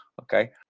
Okay